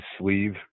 sleeve